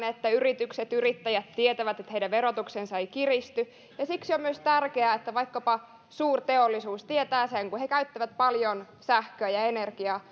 että yritykset yrittäjät tietävät että heidän verotuksensa ei kiristy ja siksi on myös tärkeää että vaikkapa suurteollisuus tietää sen kun he käyttävät paljon sähköä ja ja energiaa